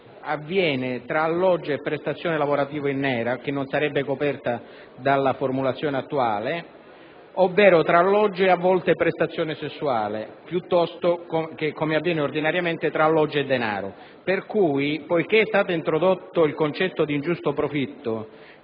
avviene tra alloggio e prestazione lavorativa in nero (che non sarebbe coperta dalla formulazione attuale) ovvero tra alloggio e, a volte, prestazione sessuale, piuttosto che, come avviene ordinariamente, tra alloggio e denaro. Poiché è stato introdotto il concetto di ingiusto profitto,